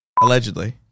Allegedly